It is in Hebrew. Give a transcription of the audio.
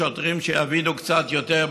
הלוואי שסוף-סוף יבינו שיש דרכים אחרות